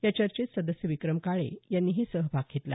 या चर्चेत सदस्य विक्रम काळे यांनीही सहभाग घेतला